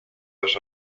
dos